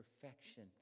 perfection